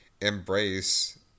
embrace